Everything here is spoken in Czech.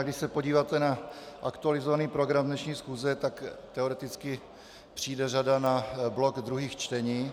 Když se podíváte na aktualizovaný program dnešní schůze, tak teoreticky přijde řada na blok druhých čtení.